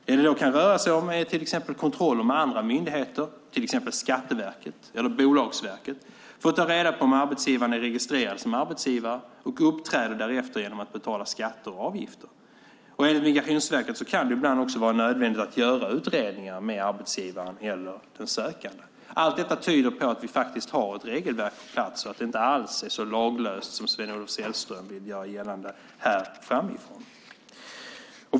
Det kan till exempel röra sig om kontroll med andra myndigheter, till exempel Skatteverket eller Bolagsverket, för att ta reda på om arbetsgivaren är registrerad som arbetsgivare och uppträder därefter genom att betala skatter och avgifter. Enligt Migrationsverket kan det ibland också vara nödvändigt att göra utredningar med arbetsgivaren eller den sökande. Allt detta tyder på att vi faktiskt har ett regelverk på plats och det inte alls är så laglöst som Sven-Olof Sällström vill göra gällande här.